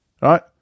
Right